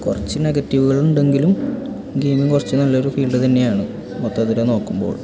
കുറച്ച് നെഗറ്റീവുകളുണ്ടെങ്കിലും ഗേയ്മിങ് കുറച്ച് നല്ല ഒരു ഫീൽഡ് തന്നെയാണ് മൊത്തത്തിൽ നോക്കുമ്പോൾ